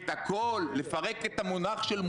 בכל זאת, מדובר כאן בהליך של חקיקת